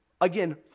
Again